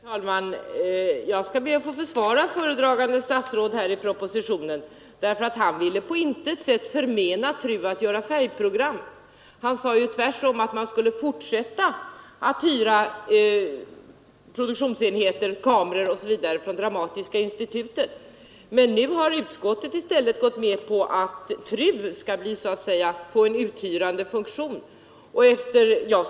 Herr talman! Jag ber att få försvara föredragande statsråd vad gäller propositionen. Han ville på intet sätt förmena TRU att göra färgprogram. Han sade tvärtom att man skulle fortsätta att hyra produktionsenheter, kameror osv. från Dramatiska institutet. Nu har emellertid utskottet gått med på att TRU skall fylla en uthyrande funktion.